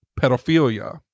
pedophilia